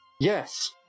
Yes